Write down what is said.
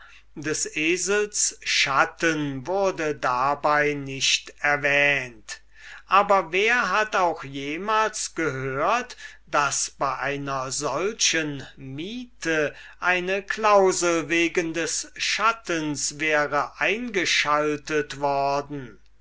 des esels schatten wurde dabei nicht erwähnt aber wer hat auch jemals erhört daß bei einer solchen miete eine clausel wegen des schattens wäre eingeschaltet worden